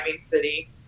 city